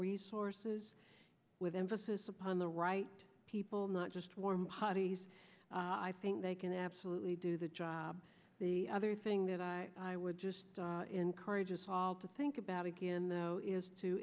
resources with emphasis upon the right people not just warm hotties i think they can absolutely do the job the other thing that i would just encourage assault to think about again though is to